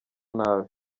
nabi